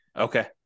Okay